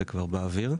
זה כבר באוויר.